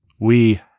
we-